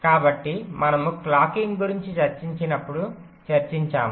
కాబట్టి మనము క్లాకింగ్ గురించి చర్చించినప్పుడు చర్చించాము